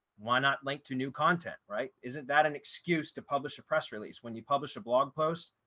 why not link to new content? right? isn't that an excuse to publish a press release when you publish a blog post,